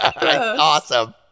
Awesome